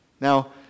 Now